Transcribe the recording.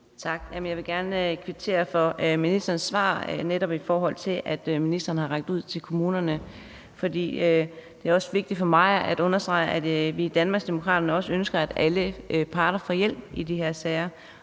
Tak. Jeg vil gerne kvittere for ministerens svar, netop i forhold til at ministeren har rakt ud til kommunerne. For det er også vigtigt for mig at understrege, at vi i Danmarksdemokraterne også ønsker, at alle parter får hjælp i de her sager.